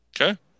Okay